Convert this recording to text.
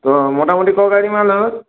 তো মোটামুটি ক গাড়ি মাল হবে